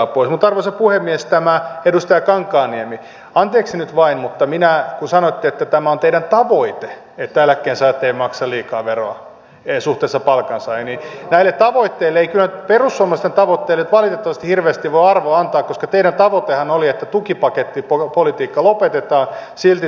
mutta arvoisa puhemies edustaja kankaanniemi anteeksi nyt vain mutta kun sanoitte että tämä on teidän tavoitteenne että eläkkeensaajat eivät maksa liikaa veroa suhteessa palkansaajiin niin näille tavoitteille ei kyllä perussuomalaisten tavoitteille valitettavasti hirveästi voi arvoa antaa koska teidän tavoitteennehan oli että tukipakettipolitiikka lopetetaan silti te päätitte tukea kreikkaa